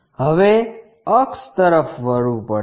હવે અક્ષ તરફ વળવું પડશે